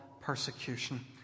persecution